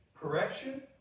correction